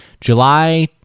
July